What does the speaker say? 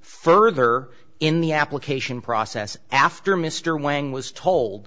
further in the application process after mr wang was told